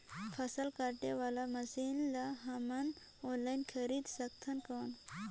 फसल काटे वाला मशीन ला हमन ऑनलाइन खरीद सकथन कौन?